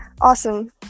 Awesome